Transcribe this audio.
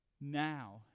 Now